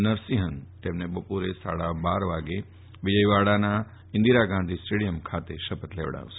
નરસિંફન તેમને બપોરે સાડા બાર વાગે વિજયવાડાના ઈન્દીરા ગાંધી સ્ટેડીયમ ખાતે શપથ લેવડાવશે